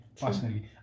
Personally